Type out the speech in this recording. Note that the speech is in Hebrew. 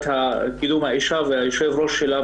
לקידום מעמד האישה והיושב-ראש שלה,